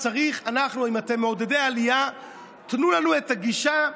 אם אתם מעודדי עלייה תנו לנו את הגישה,